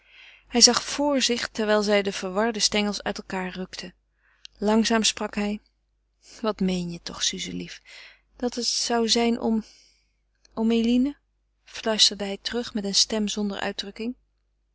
hij zag vr zich terwijl zij de verwarde stengels uit elkaâr rukte langzaam sprak hij wat meen je toch suze lief dat het zou zijn om om eline fluisterde hij terug met eene stem zonder uitdrukking